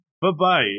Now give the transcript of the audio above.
Bye-bye